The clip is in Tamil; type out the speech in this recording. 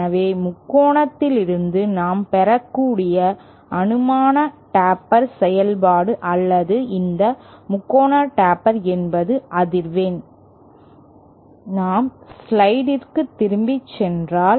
எனவே முக்கோணத்திலிருந்து நாம் பெறக்கூடிய அனுமானம் taper செயல்பாடு அல்லது இந்த முக்கோண taper என்பது அதிர்வெண் நாம் ஸ்லைடிற்கு திரும்பிச் சென்றால்